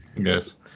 Yes